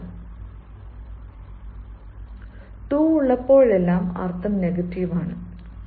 അതിനാൽ ടൂ ഉള്ളപ്പോഴെല്ലാം അർത്ഥം നെഗറ്റീവ് ആണ്